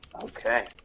Okay